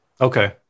Okay